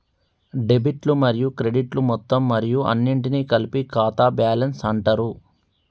డెబిట్లు మరియు క్రెడిట్లు మొత్తం మరియు అన్నింటినీ కలిపి ఖాతా బ్యాలెన్స్ అంటరు